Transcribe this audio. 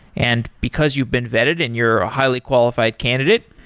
and because you've been vetted and you're a highly qualified candidate,